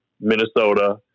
Minnesota